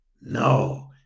No